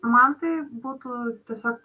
man tai būtų tiesiog